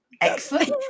Excellent